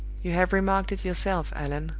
you have remarked it yourself, allan,